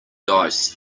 dice